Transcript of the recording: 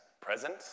present